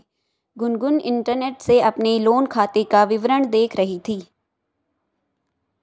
Gungun internet से अपने loan खाते का विवरण देख रही थी